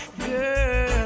girl